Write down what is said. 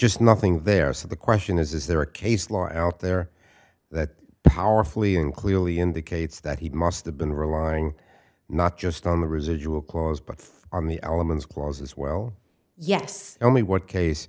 just nothing there so the question is is there a case law out there that powerfully and clearly indicates that he must have been relying not just on the residual clause but on the elements clause as well yes tell me what case